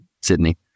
Sydney